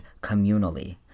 communally